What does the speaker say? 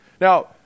Now